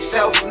Self